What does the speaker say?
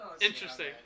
Interesting